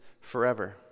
forever